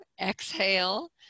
exhale